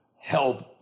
help